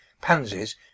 pansies